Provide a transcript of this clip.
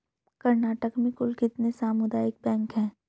कर्नाटक में कुल कितने सामुदायिक बैंक है